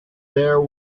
there